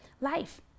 life